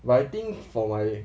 but I think for my